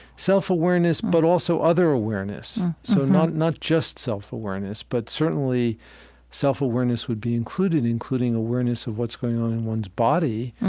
self-awareness, but also other awareness. so not not just self-awareness, but certainly self-awareness would be included, including awareness of what's going on in one's body,